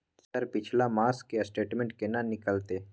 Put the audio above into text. Sir पिछला मास के स्टेटमेंट केना निकलते?